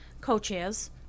co-chairs